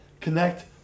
connect